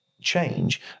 change